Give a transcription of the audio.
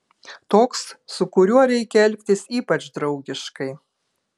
toks su kuriuo reikia elgtis ypač draugiškai